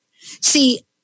See